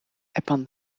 upon